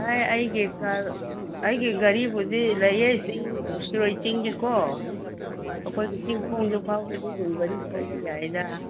ꯑꯦ ꯑꯩꯒꯤ ꯀꯥꯔ ꯑꯩꯒꯤ ꯒꯥꯔꯤꯕꯨꯗꯤ ꯂꯩꯌꯦ ꯆꯤꯡ ꯑꯥ ꯁꯤꯔꯣꯏ ꯆꯤꯡꯗꯤꯀꯣ ꯑꯩꯈꯣꯏꯒꯤ ꯆꯤꯡꯈꯣꯡꯗꯨ ꯐꯥꯎꯕꯗꯤ ꯑꯗꯨꯝ ꯒꯥꯔꯤ ꯊꯧꯕ ꯌꯥꯏꯗ